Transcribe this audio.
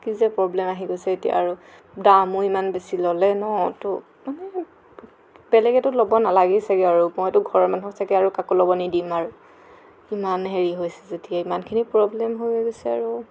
কি যে প্ৰব্লেম আহি গৈছে এতিয়া আৰু দামো ইমান বেছি ল'লে ন ত বেলেগেতো ল'ব নালাগে ছাগে আৰু মইতো ঘৰৰ মানুহক ছাগে আৰু কাকো ল'ব নিদিম আৰু ইমান হেৰি হৈছে যেতিয়া ইমানখিনি প্ৰব্লেম হৈছে আৰু